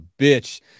bitch